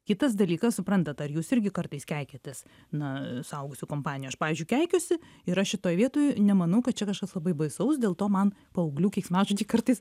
kitas dalykas suprantat ar jūs irgi kartais keikiatės na suaugusių kompanijo aš pavyzdžiui keikiuosi ir aš šitoj vietoj nemanau kad čia kažkas labai baisaus dėl to man paauglių keiksmažodžiai kartais